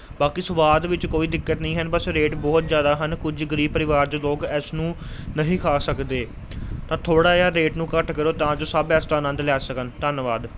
ਬਾਕੀ ਸਵਾਦ ਵਿੱਚ ਕੋਈ ਦਿੱਕਤ ਨਹੀਂ ਹਨ ਬਸ ਰੇਟ ਬਹੁਤ ਜ਼ਿਆਦਾ ਹਨ ਕੁਝ ਗਰੀਬ ਪਰਿਵਾਰ ਦੇ ਲੋਕ ਇਸ ਨੂੰ ਨਹੀਂ ਖਾ ਸਕਦੇ ਤਾਂ ਥੋੜ੍ਹਾ ਜਿਹਾ ਰੇਟ ਨੂੰ ਘੱਟ ਕਰੋ ਤਾਂ ਜੋ ਸਭ ਇਸ ਦਾ ਆਨੰਦ ਲੈ ਸਕਣ ਧੰਨਵਾਦ